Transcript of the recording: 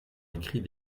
écrit